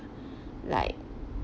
like